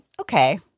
okay